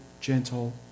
gentle